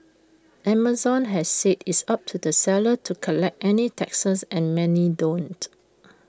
Amazon has said it's up to the sellers to collect any taxes and many don't